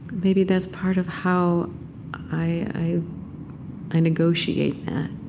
maybe that's part of how i i negotiate that.